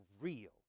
real